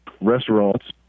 Restaurants